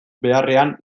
beharrean